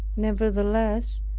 nevertheless,